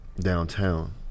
Downtown